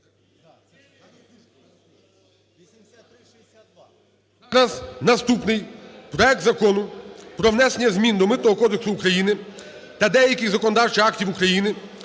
наступний проект Закону про внесення змін до Митного кодексу України та деяких законодавчих актів України